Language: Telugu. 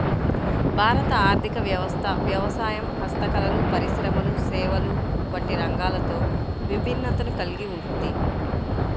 భారత ఆర్ధిక వ్యవస్థ వ్యవసాయం, హస్తకళలు, పరిశ్రమలు, సేవలు వంటి రంగాలతో విభిన్నతను కల్గి ఉంది